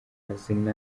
mazina